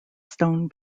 stone